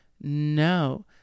No